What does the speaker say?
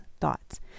thoughts